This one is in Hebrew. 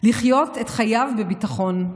לחיות את חייו בביטחון,